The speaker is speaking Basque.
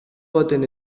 baten